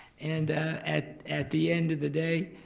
and at at the end of the day,